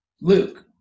Luke